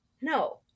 No